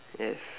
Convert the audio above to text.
yes